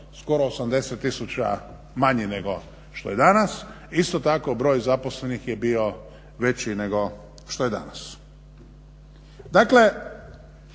skoro 80 tisuća manji nego što je danas. Isto tako broj zaposlenih je bio veći nego što je danas.